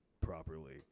properly